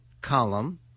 column